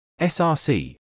SRC